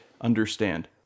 understand